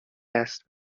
است